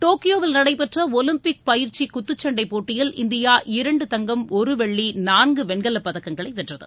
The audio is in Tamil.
டோக்கியோவில் நடைபெற்ற ஒலிம்பிக் பயிற்சி குத்துச்சண்டை போட்டியில் இந்தியா இரண்டு தங்கம் ஒரு வெள்ளி நான்கு வெண்கலப் பதக்கங்களை வென்றது